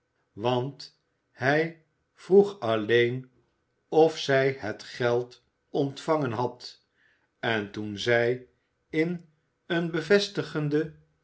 want hij vroeg alleen of zij het geld ontvangen had en toen zij in een bevestigenden